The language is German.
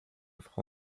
frau